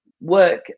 work